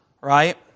right